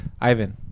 Ivan